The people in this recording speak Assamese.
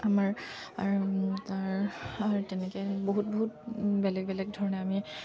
আমাৰ তাৰ তেনেকৈ বহুত বহুত বেলেগ বেলেগ ধৰণে আমি